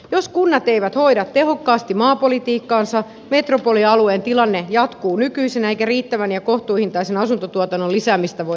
jos kunnat eivät hoida tehokkaasti maapolitiikkaansa metropolialueen tilanne jatkuu nykyisenä eikä riittävän ja kohtuuhintaisen asuntotuotannon lisäämistä voida ratkaista